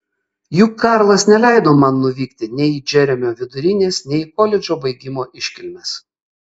juk karlas neleido man nuvykti nei į džeremio vidurinės nei į koledžo baigimo iškilmes